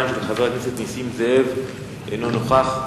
342, של חבר הכנסת נסים זאב, אינו נוכח.